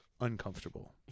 uncomfortable